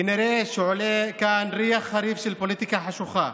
כנראה שעולה כאן ריח חריף של פוליטיקה חשוכה.